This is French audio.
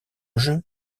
jeu